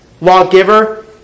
lawgiver